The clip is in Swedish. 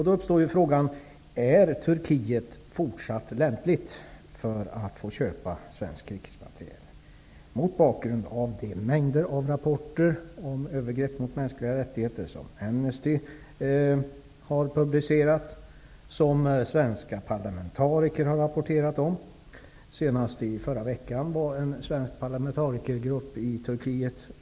Då uppstår frågan: Är Turkiet fortsatt lämpligt för att få köpa svenskt krigsmateriel mot bakgrund av de mängder av rapporter om övergrepp mot mänskliga rättigheter som Amnesty har publicerat? Även svenska parlamentariker har rapporterat om detta. Senast i förra veckan var en svensk parlamentarikergrupp i Turkiet.